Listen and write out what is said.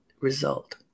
result